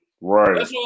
Right